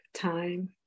Time